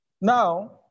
Now